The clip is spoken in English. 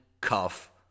Cuff